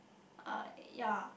ah ya